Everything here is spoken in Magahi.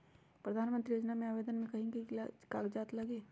प्रधानमंत्री योजना में आवेदन मे की की कागज़ात लगी?